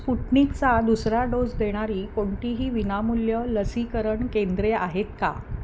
स्पुटनिकचा दुसरा डोस देणारी कोणतीही विनामूल्य लसीकरण केंद्रे आहेत का